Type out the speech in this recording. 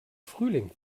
frühling